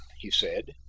he said.